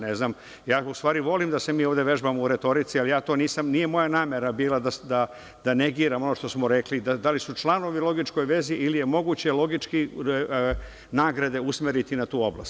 Ne znam, ja u stvari volim da se mi ovde vežbamo u retorici, ali nije moja namera bila da negiram ono što smo rekli, da li su članovi u logičkoj vezi ili je moguće logički nagrade usmeriti na tu oblast.